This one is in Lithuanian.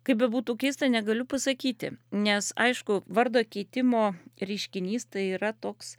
kaip bebūtų keista negaliu pasakyti nes aišku vardo keitimo reiškinys tai yra toks